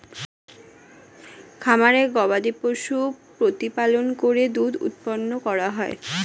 খামারে গবাদিপশু প্রতিপালন করে দুধ উৎপন্ন করা হয়